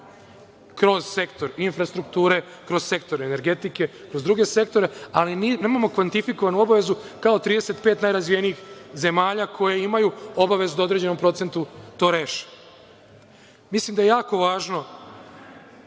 kroz sektor infrastrukture, kroz sektor energetike, ali nemamo kvantifikovanu obavezu kao 35 najrazvijenijih zemalja koje imaju obavezu da u određenom procentu to reše. Mislim da jako važno